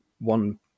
one